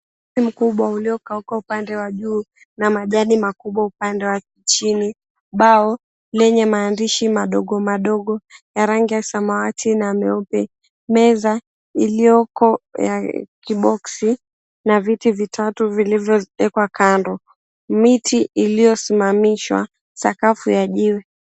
Mti mkubwa uliokauka upande wa juu na majani makubwa upande wa chini, bao lenye maandishi madogo madogo ya rangi ya samawati na nyeupe, meza iliyoko ya kiboxi na viti vitatu vilivyowekwa kando miti iliyosimamishwa, sakafu ya jiwe.